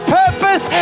purpose